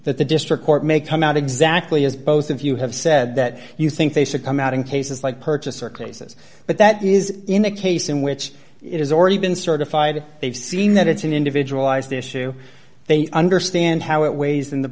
that the district court may come out exactly as both of you have said that you think they should come out in cases like purchaser cases but that is in the case in which it has already been certified they've seen that it's an individual ised issue they understand